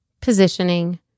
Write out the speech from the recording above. positioning